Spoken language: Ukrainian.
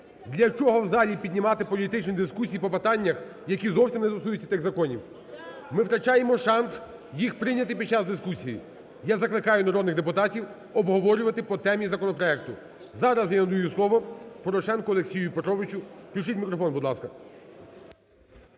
Для чого в залі піднімати політичні дискусії по питаннях, які зовсім не стосуються тих законів? Ми втрачаємо шанс їх прийняти під час дискусії. Я закликаю народних депутатів обговорювати по темі законопроекту. Зараз я надаю слово Порошенку Олексію Петровичу. Включіть мікрофон, будь ласка.